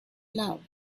love